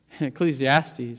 Ecclesiastes